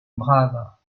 braves